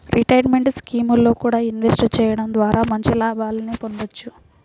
retirement స్కీముల్లో కూడా invest చెయ్యడం ద్వారా మంచి లాభాలనే పొందొచ్చు